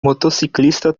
motociclista